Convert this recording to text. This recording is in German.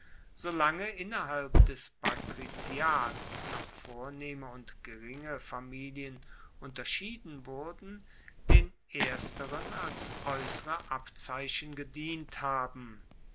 solange innerhalb des patriziats noch vornehme und geringe familien unterschieden wurden den ersteren als aeussere abzeichen gedient haben